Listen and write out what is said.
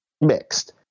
mixed